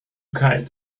kite